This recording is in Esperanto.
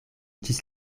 ĝis